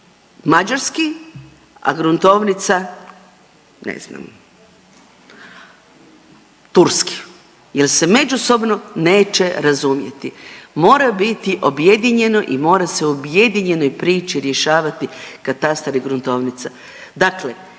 mađarski, a gruntovnica, ne znam, turski jer se međusobno neće razumjeti, mora biti objedinjeno i mora se u objedinjenoj priči rješavati katastar i gruntovnica.